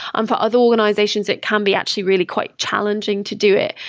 um for other organizations, it can be actually really quite challenging to do it.